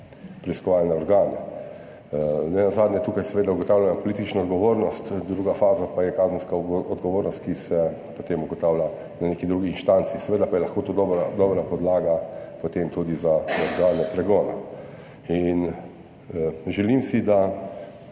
preiskovalne organe. Nenazadnje tukaj seveda ugotavljamo politično odgovornost, druga faza pa je kazenska odgovornost, ki se potem ugotavlja na neki drugi instanci. Seveda pa je lahko to dobra podlaga potem tudi za organe pregona. Želim si, da